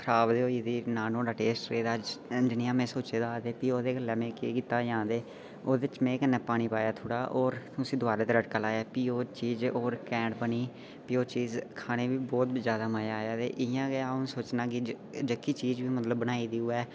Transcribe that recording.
खराब गै होई गेदी ही ना न्यौड़ा टेस्ट रेह् दा हा जनेहा में सोचे दा हा फ्ही ओह्दे कन्नै केह् कित्ता जा ओह्दे च में पानी पाया ते उसी दबारा तड़का लाया फ्ही ओह् चीज होर घैंट बनी ते फ्ही ओह् चीज खाने दा बहुत जैदा मजा आया इ'यां गै अ'ऊं सोचना कि जेह्की चीज मतलब बनाई दी होवै